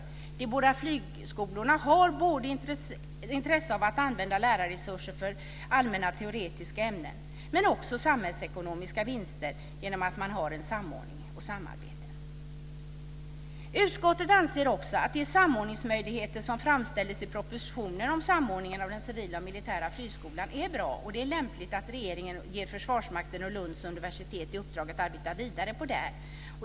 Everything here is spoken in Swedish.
De båda flygskolorna har intresse av att använda lärarresurser för allmänna teoretiska ämnen. Det finns också samhällsekonomiska vinster att hämta i en sådan samordning och samarbete. Utskottet anser också att de samordningsmöjligheter som framställdes i propositionen om samordningen av den civila och militära flygskolan är bra. Det är lämpligt att regeringen ger Försvarsmakten och Lunds universitet i uppdrag att arbeta vidare på det.